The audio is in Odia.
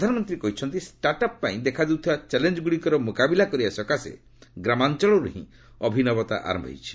ପ୍ରଧାନମନ୍ତ୍ରୀ କହିଛନ୍ତି ଷ୍ଟାର୍ଟଅପ୍ ପାଇଁ ଦେଖାଦେଉଥିବା ଚ୍ୟାଲେଞ୍ଜଗୁଡ଼ିକର ମୁକାବିଲା କରିବା ସକାଶେ ଗ୍ରାମାଞ୍ଚଳରୁ ଅଭିନବତା ଆରମ୍ଭ ହୋଇଛି